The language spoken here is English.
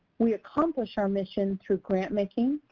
we accomplish our mission through grantmaking,